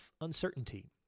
uncertainty